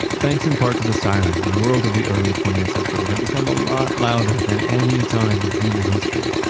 thanks in part to the siren the world of the early twentieth century had become a lot louder than any time in human history.